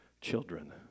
children